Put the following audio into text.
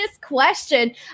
question